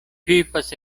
vivas